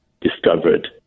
discovered